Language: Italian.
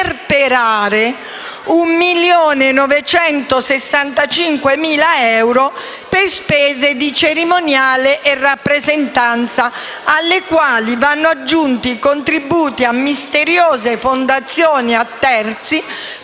sperperare 1.965.000 euro per spese di cerimoniale e rappresentanza, alle quali vanno aggiunti i contributi a misteriose fondazioni e a terzi